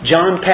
John